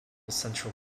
central